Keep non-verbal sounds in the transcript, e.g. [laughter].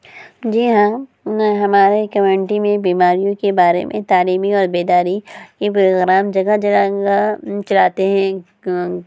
جی ہاں [unintelligible] ہمارے کمیونٹی میں بیماریوں کے بارے میں تعلیمی اور بیداری کے پروگرام جگہ جگہ [unintelligible] چلاتے ہیں